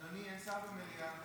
אדוני, אין שר במליאה.